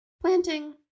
planting